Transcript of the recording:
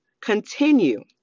continue